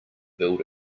build